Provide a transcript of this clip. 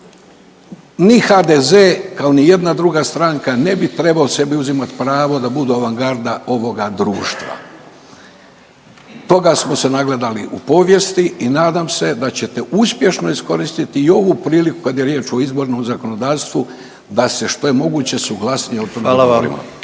ni HDZ, kao ni jedna druga stranka ne bi trebao sebi uzimati pravo da budu avangarda ovoga društva. Toga smo se nagledali u povijesti i nadam se da ćete uspješno iskoristiti i ovu priliku, kad je riječ o izbornom zakonodavstvu, da se što je moguće suglasnije o tome dogovorimo.